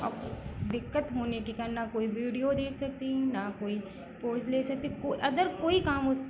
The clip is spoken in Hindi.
और दिक्कत होने के कारण न कोई वीडियो देख सकती हूँ न कोई पोज ले सकती हूँ अदर कोई काम उस